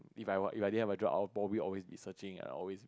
if I what if I didn't have a job I'd probably always be searching I'd always be